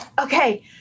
Okay